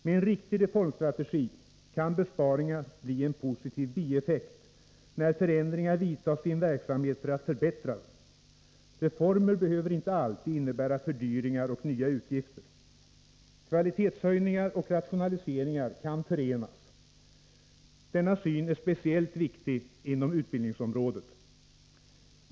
Med en riktig reformstrategi kan besparingar bli en positiv bieffekt när förändringar vidtas i en verksamhet för att förbättra den. Reformer behöver inte alltid innebära fördyringar och nya utgifter. Kvalitetshöjningar och rationaliseringar kan förenas. Denna syn är speciellt viktig inom utbildningsområdet.